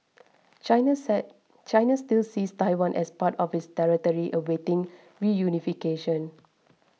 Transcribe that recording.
China said China still sees Taiwan as part of its territory awaiting reunification